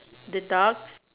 the duck